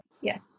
Yes